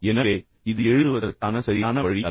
எனவே இது எழுதுவதற்கான சரியான வழி அல்ல